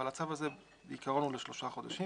אבל הצו הזה בעיקרון הוא לשלושה חודשים,